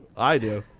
i do.